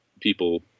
people